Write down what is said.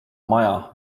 maja